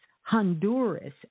Honduras